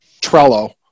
Trello